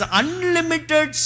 unlimited